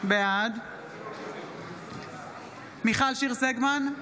בעד מיכל שיר סגמן,